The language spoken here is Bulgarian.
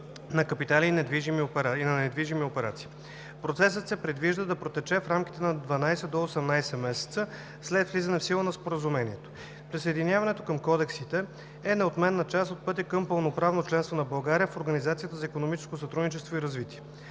на капитали и на недвижими операции. Процесът се предвижда да протече в рамките на 12 до 18 месеца след влизане в сила на Споразумението. Присъединяването към Кодексите е неотменна част от пътя към пълноправно членство на България в Организацията за икономическо сътрудничество и развитие.